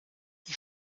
ich